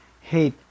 hate